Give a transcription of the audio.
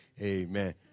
Amen